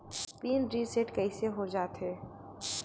Pin reset कइसे हो जाथे?